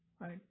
right